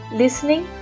listening